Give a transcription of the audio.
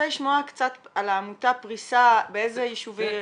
קצת על העמותה, פריסה, באיזה ישובים.